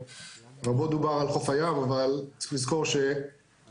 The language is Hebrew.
רבות דובר על חוף הים אבל צריך לזכור --- מהביוב